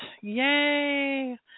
Yay